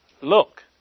look